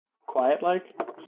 quiet-like